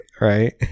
right